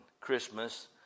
Christmas